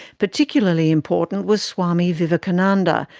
particularly important was swami vivekananda,